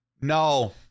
No